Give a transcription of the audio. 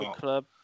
club